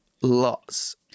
lots